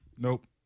Nope